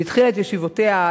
היא התחילה את ישיבותיה,